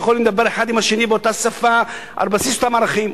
שיכולים לדבר אחד עם השני באותה שפה על בסיס אותם ערכים,